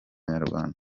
nyarwanda